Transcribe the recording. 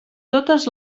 totes